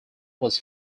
was